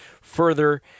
further